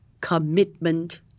commitment